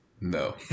no